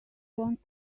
want